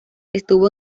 estuvo